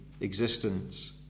existence